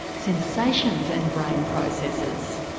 sensations and brain processes.